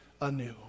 anew